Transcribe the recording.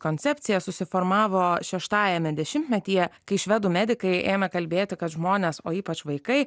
koncepcija susiformavo šeštajame dešimtmetyje kai švedų medikai ėmė kalbėti kad žmonės o ypač vaikai